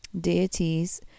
deities